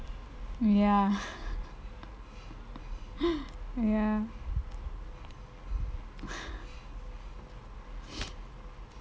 ya ya